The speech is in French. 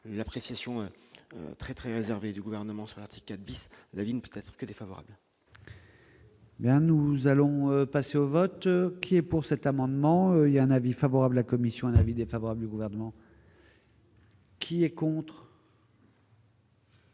l'appréciation très très réservé du gouvernement sur l'article 4 bis, la vie ne peut-être que défavorable. Mais nous allons passer au vote qui est pour cet amendement, il y a un avis favorable, la Commission à l'avis défavorable du gouvernement. Qui s'abstient,